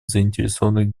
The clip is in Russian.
заинтересованных